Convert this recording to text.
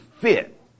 fit